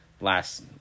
last